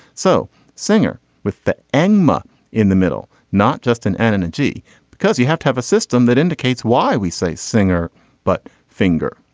so singer with the enema in the middle not just an energy because you have to have a system that indicates why we say singer but finger.